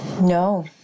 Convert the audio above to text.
No